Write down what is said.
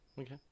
Okay